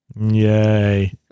Yay